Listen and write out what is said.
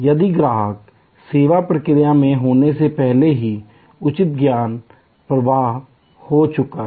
यदि ग्राहक सेवा प्रक्रिया में होने से पहले ही उचित ज्ञान प्रवाह हो चुका है